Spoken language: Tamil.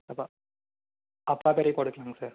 அப்போ அப்பா பேரையே போட்டுக்கலாமா சார்